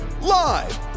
Live